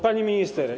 Pani Minister!